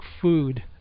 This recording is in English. food